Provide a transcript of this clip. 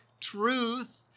truth